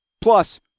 Plus